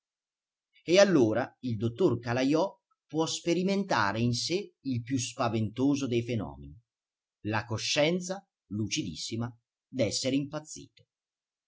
e allora il dottor calajò può sperimentare in sé il più spaventoso dei fenomeni la coscienza lucidissima d'essere impazzito